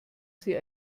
sie